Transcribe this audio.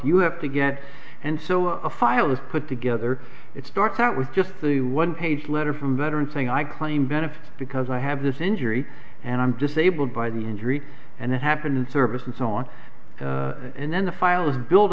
you have to get and so a file is put together it starts out with just the one page letter from veterans saying i claim benefits because i have this injury and i'm disabled by the injury and it happened in service and so on and then the fi